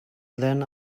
then